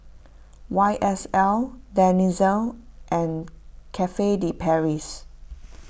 Y S L Denizen and Cafe De Paris